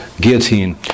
guillotine